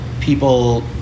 people